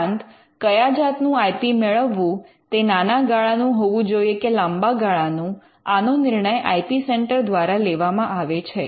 ઉપરાંત કયા જાતનું આઇ પી મેળવવું તે નાના ગાળા નું હોવું જોઈએ કે લાંબા ગાળાનું આનો નિર્ણય આઇ પી સેન્ટર દ્વારા લેવામાં આવે છે